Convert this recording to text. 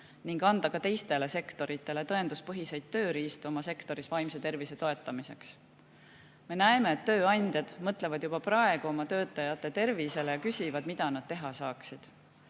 ning anda ka teistele sektoritele tõenduspõhiseid tööriistu oma sektoris vaimse tervise toetamiseks. Me näeme, et tööandjad mõtlevad juba praegu oma töötajate tervisele ja küsivad, mida nad teha saaksid.